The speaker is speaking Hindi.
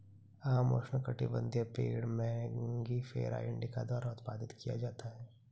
आम उष्णकटिबंधीय पेड़ मैंगिफेरा इंडिका द्वारा उत्पादित किया जाता है